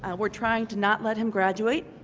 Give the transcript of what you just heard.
ah we are trying to not let him graduate